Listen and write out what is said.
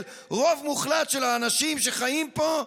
של רוב מוחלט של האנשים שחיים פה,